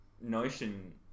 notion